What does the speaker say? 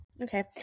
Okay